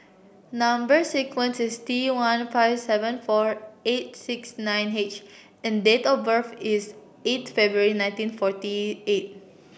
number sequence is T one five seven four eight six nine H and date of birth is eight February nineteen forty eight